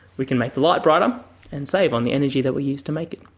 we can make the light brighter and save on the energy that we use to make it.